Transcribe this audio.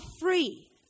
free